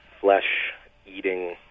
flesh-eating